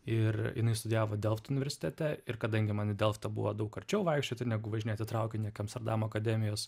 ir jinai studijavo delt universitete ir kadangi man į delfą buvo daug arčiau vaikščioti negu važinėti traukiniu iki amsterdamo akademijos